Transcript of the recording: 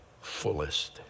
fullest